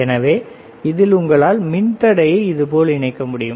எனவே இதில் உங்களால் மின்தடையை இதுபோல் இணைக்க முடியும்